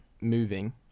moving